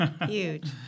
Huge